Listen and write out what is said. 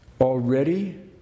Already